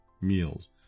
meals